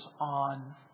on